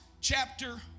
chapter